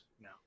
No